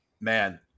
man –